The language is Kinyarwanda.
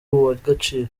uw’agaciro